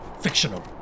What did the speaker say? Fictional